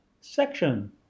section